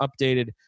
updated